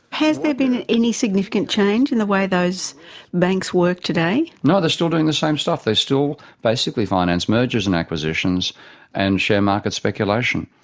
has there been any significant change in the way those banks work today? no, they're still doing the same stuff. they still basically finance mergers and acquisitions and share market speculation.